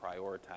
prioritize